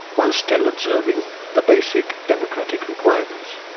while still observing the basic democratic requirements.